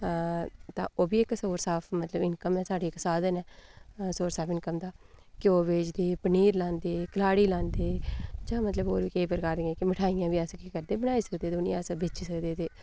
ते ओह्बी source of income ऐ साढ़ी इक साधन ऐ सोर्स ऑफ इनकम दा घ्योऽ बेचदे पनीर बेचदे कलाड़ी लांदे ते होर बी केईं प्रकार दियां मठाइयां बी अस बनाई सकदे ते उ'नें गी अस बेची सकदे